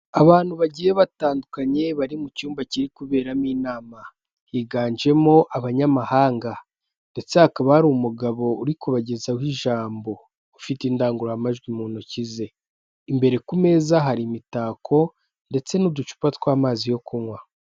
Abantu bagiye batandukanye bari mu cyumba kiri kuberamo inama, higanjemo abanyamahanga ndetse hakaba hari umugabo uri kubagezaho ijambo ufite indangururamajwi mu ntoki ze, imbere ku meza hari imitako ndetse n'uducupa tw'amazi yo kunywa.